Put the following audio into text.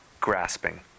grasping